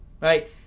right